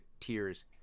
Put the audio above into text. tears